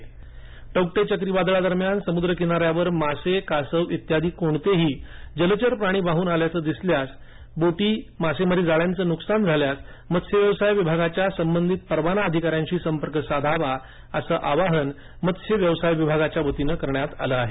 न्कसान आवाहन टौक्टै चक्रीवादळादरम्यान समुद्रकिनाऱ्यावर मासे कासव इत्यादी कोणताही जलचर प्राणी वाहून आल्याचे दिसून आल्यास किंवा बोटी मासेमारी जाळ्यांचे नुकसान झाल्यास मत्स्यव्यवसाय विभागाच्या संबंधित परवाना अधिकाऱ्यांशी संपर्क साधावा असं आवाहन मत्स्य व्यवसाय विभागाच्या वतीनं करण्यात आलं आहे